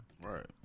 Right